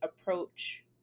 approach